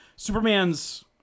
Superman's